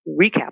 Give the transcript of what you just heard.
recap